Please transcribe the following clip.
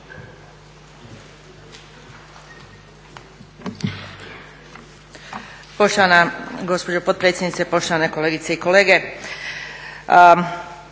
Hvala vam